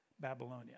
Babylonia